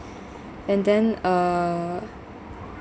and then uh